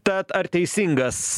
tad ar teisingas